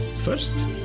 First